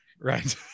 Right